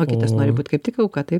o kitas nori būt kaip tik auka taip